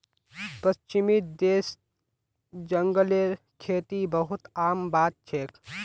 पश्चिमी देशत जंगलेर खेती बहुत आम बात छेक